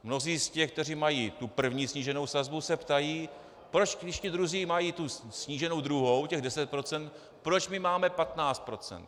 Mnozí z těch, kteří mají první sníženou sazbu, se ptají, proč když ti druzí mají tu sníženou druhou, těch 10 %, proč my máme 15 %.